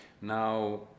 now